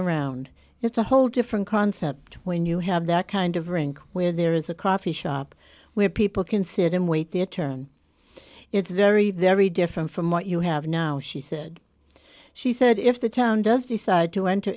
around it's a whole different concept when you have that kind of rink where there is a coffee shop where people can sit and wait their turn it's very very different from what you have now she said she said if the town does decide to enter